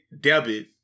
debit